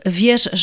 wiesz